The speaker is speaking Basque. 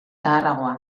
zaharragoa